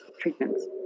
treatments